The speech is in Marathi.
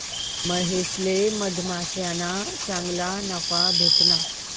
महेशले मधमाश्याना चांगला नफा भेटना